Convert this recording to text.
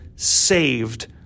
saved